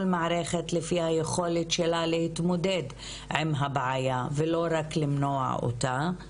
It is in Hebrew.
מערכת לפי היכולת שלה להתמודד עם הבעיה ולא רק למנוע אותה,